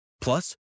Plus